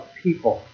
people